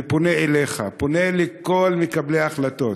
אני פונה אליך ופונה אל כל מקבלי ההחלטות: